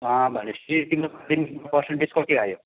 भनेपछि तिम्रो माध्यमिकमा पर्सन्टेज कति आयो